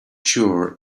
sure